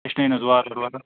ہیٚچھنٲوہوٗن حظ وارٕ وارٕ